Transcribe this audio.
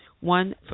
one